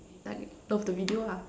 like love the video lah